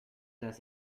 less